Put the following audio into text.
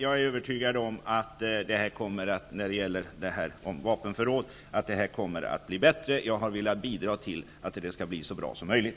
Jag är övertygad om att det kommer att bli bättre när det gäller vapenförråden. Jag har velat bidra till att det skall bli så bra som möjligt.